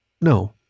No